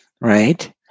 right